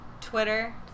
Twitter